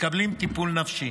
מקבלים טיפול נפשי.